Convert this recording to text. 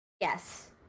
Yes